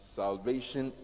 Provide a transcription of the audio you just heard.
salvation